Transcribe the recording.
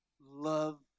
love